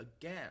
again